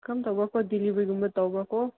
ꯀꯔꯝ ꯇꯧꯕ꯭ꯔꯥꯀꯣ ꯗꯤꯂꯤꯕꯔꯤꯒꯨꯝꯕ ꯇꯧꯕꯀꯣ